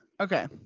Okay